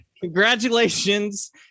congratulations